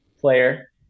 player